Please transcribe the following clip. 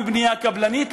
ובנייה קבלנית.